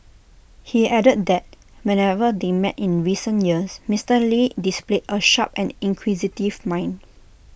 he added that whenever they met in recent years Mister lee displayed A sharp and inquisitive mind